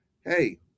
hey